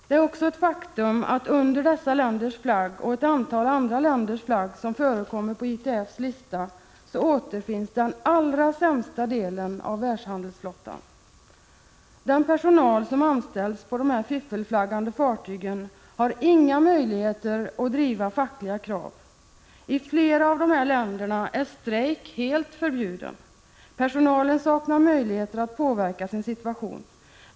Det är också ett faktum att det är under dessa länders flagg och under flagg av ett antal av de andra länder som förekommer på ITF:s lista som den allra sämsta delen av världshandelsflottan återfinns. Den personal som anställs på dessa fiffelflaggade fartyg har inga möjligheter att driva fackliga krav. I flera av dessa länder är det helt förbjudet att strejka. Personalen saknar möjligheter att påverka sin situation.